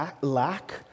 lack